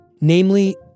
Namely